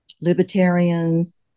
libertarians